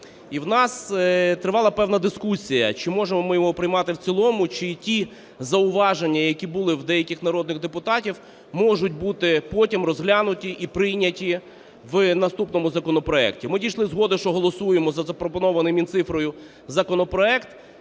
І у нас тривала певна дискусія, чи можемо ми його приймати в цілому, чи й ті зауваження, які були в деяких народних депутатів, можуть бути потім розглянуті і прийняті в наступному законопроекті. Ми дійшли згоди, що голосуємо за запропонований Мінцифрою законопроект